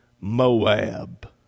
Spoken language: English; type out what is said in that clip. Moab